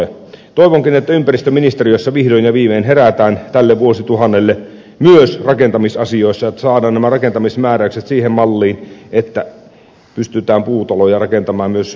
toivonkin että ympäristöministeriössä vihdoin ja viimein herätään tälle vuosituhannelle myös rakentamisasioissa että saadaan nämä rakentamismääräykset siihen malliin että pystytään puutaloja rakentamaan myös puukerrostaloja